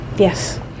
Yes